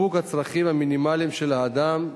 סיפוק הצרכים המינימליים של האדם,